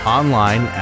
online